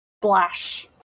splash